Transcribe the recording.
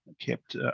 kept